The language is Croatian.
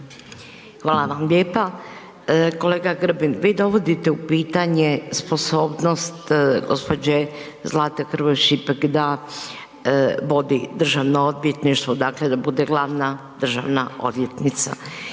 Hvala vam lijepa. Kolega Grbin vi dovodite u pitanje sposobnost gospođe Zlate Hrvoj Šipek da vodi Državno odvjetništvo dakle da bude glavna državna odvjetnica.